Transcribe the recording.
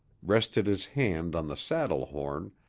rested his hand on the saddle-horn,